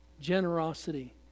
Generosity